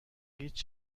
هیچ